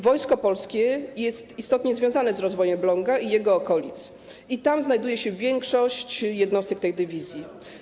Wojsko Polskie jest istotnie związane z rozwojem Elbląga i jego okolic i tam znajduje się większość jednostek tej dywizji.